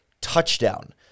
Touchdown